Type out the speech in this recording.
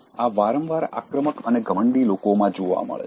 આ વારંવાર આક્રમક અને ઘમંડી લોકોમાં જોવા મળે છે